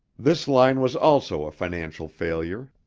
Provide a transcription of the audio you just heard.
this line was also a financial failure.